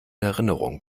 erinnerung